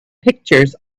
pictures